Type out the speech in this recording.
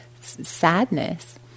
sadness